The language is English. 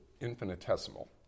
infinitesimal